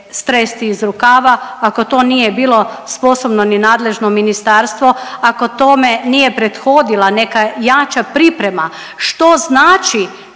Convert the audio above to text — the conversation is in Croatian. stresti iz rukava ako to nije bilo sposobno ni nadležno ministarstvo, ako tome nije prethodila neka jača priprema što znači